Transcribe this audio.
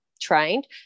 trained